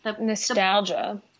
Nostalgia